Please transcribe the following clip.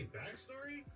backstory